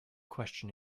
question